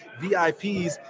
VIPs